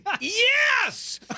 Yes